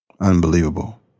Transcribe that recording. Unbelievable